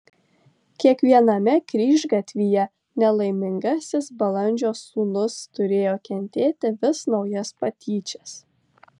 kiekviename kryžgatvyje nelaimingasis balandžio sūnus turėjo kentėti vis naujas patyčias